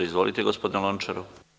Izvolite, gospodine Lončar.